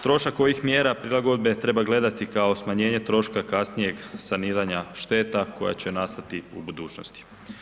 Trošak ovih mjera prilagodbe treba gledati kao smanjenje troška kasnijeg saniranja šteta koja će nastati u budućnosti.